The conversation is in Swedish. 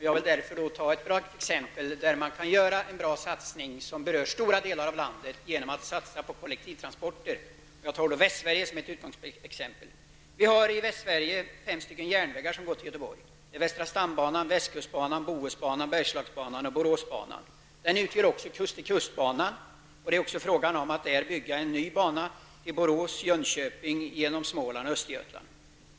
Jag vill ta upp ett exempel på en bra satsning som berör stora delar av landet, nämligen en satsning på kollektivtrafiken. Jag utgår från Västsverige i mitt exempel. Bohusbanan, Bergslagsbanan och Boråsbanan, vilken också utgör kust--till--kust-bana. Det diskuteras om att bygga en ny bana från Borås till Östergötland.